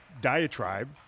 diatribe